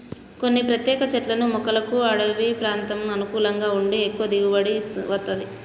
కొన్ని ప్రత్యేక చెట్లను మొక్కలకు అడివి ప్రాంతం అనుకూలంగా ఉండి ఎక్కువ దిగుబడి వత్తది